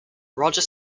roger